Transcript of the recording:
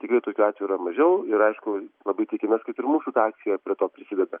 tikrai tokių atvejų yra mažiau ir aišku labai tikimės kad ir mūsų ta akcija prie to prisideda